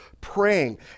praying